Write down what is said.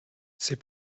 ces